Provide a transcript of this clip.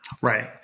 Right